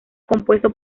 compuesto